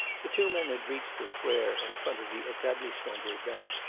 the two men had reached the square in front of the etablissement des bains.